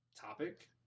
topic